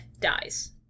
dies